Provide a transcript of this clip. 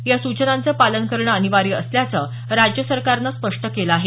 या सूचनांचं पालन करणं अनिवार्य असल्याचं राज्य सरकारनं स्पष्ट केलं आहे